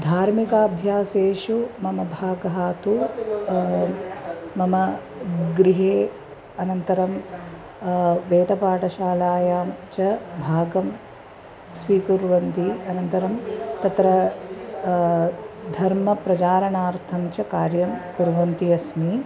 धार्मिकाभ्यासेषु मम भागः तु मम गृहे अनन्तरं वेदपाठशालायां च भागं स्वीकुर्वन्ति अनन्तरं तत्र धर्मप्रचारणार्थं च कार्यं कुर्वन्ती अस्मि